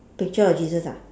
picture of jesus ah